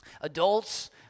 Adults